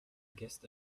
guess